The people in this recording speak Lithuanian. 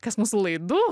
kas mūsų laidų